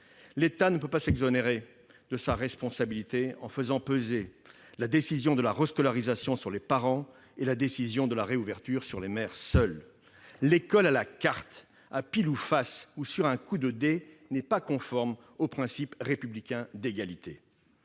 L'État ne peut pas s'exonérer de sa responsabilité en faisant peser la décision de la rescolarisation sur les parents et la décision de la réouverture sur les maires seuls. L'école à la carte, à pile ou face ou sur un coup de dé n'est pas conforme au principe républicain d'égalité.